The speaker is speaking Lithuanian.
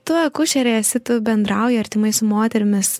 tu akušerė esi tu bendrauji artimai su moterimis